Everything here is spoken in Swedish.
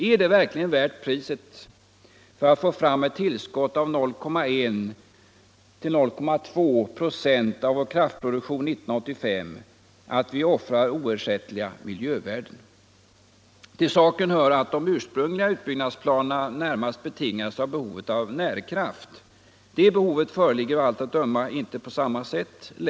Är det verkligen värt priset — för att få fram ett tillskott av 0,1-0,2 926 av vår kraftproduktion 1975 — att vi här offrar oersättliga miljövärden? Till saken hör att de ursprungliga utbyggnadsplanerna närmast betingades av behovet av närkraft. Det behovet föreligger av allt att döma inte längre på samma sätt.